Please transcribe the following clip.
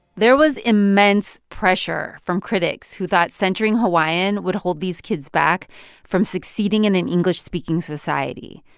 there was immense pressure from critics who thought centering hawaiian would hold these kids back from succeeding in an english-speaking society.